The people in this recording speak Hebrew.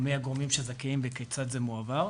מי הגורמים שזכאים וכיצד זה מועבר.